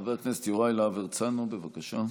חבר הכנסת יוראי להב הרצנו, בבקשה.